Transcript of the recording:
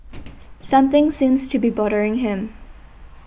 something seems to be bothering him